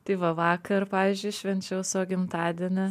tai va vakar pavyzdžiui švenčiau savo gimtadienį